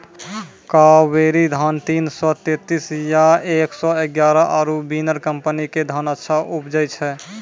कावेरी धान तीन सौ तेंतीस या एक सौ एगारह आरु बिनर कम्पनी के धान अच्छा उपजै छै?